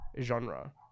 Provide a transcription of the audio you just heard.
genre